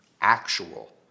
actual